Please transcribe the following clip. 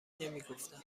نمیگفتم